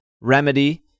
remedy